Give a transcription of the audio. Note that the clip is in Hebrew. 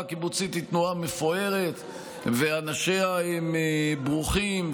הקיבוצית היא תנועה מפוארת ואנשיה ברוכים.